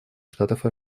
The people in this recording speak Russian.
штатов